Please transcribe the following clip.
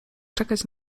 czekać